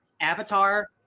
Avatar